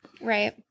Right